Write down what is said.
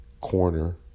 corner